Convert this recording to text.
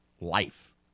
life